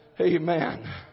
Amen